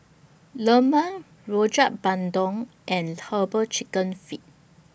Lemang Rojak Bandung and Herbal Chicken Feet